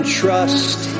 trust